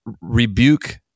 rebuke